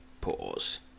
pause